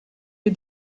you